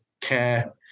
care